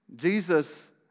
Jesus